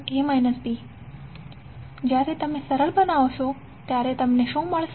જ્યારે તમે સરળ બનાવશો ત્યારે તમને શું મળશે